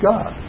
God